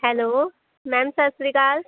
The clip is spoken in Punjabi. ਹੈਲੋ ਮੈਮ ਸਤਿ ਸ਼੍ਰੀ ਅਕਾਲ